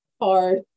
hard